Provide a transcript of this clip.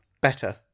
better